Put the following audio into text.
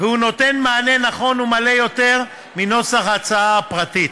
והוא נותן מענה נכון ומלא יותר מנוסח ההצעה הפרטית.